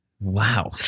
Wow